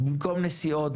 במקום נסיעות,